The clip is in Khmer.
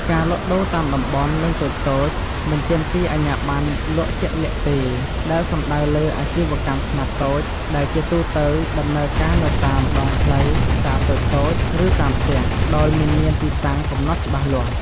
ការលក់ដូរតាមតំបន់ និងតូចៗ មិនទាមទារអាជ្ញាប័ណ្ណលក់ជាក់លាក់ទេ ដែលសំដៅលើ អាជីវកម្មខ្នាតតូច ដែលជាទូទៅដំណើរការនៅតាម ដងផ្លូវ ផ្សារតូចៗ ឬ តាមផ្ទះ ដោយមិនមានទីតាំងកំណត់ច្បាស់លាស់។